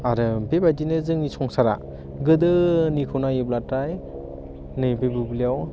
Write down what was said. आरो बेबायदिनो जोंनि संसारा गोदोनिखौ नाइयोब्लाथाय नै बे बुब्लियाव